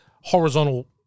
horizontal